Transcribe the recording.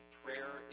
prayer